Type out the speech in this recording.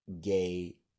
Gay